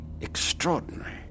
Extraordinary